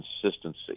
consistency